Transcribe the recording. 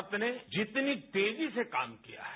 भारत ने जितनी तेजी से काम किया है